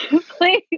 Please